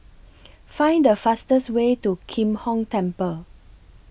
Find The fastest Way to Kim Hong Temple